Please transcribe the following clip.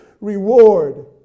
reward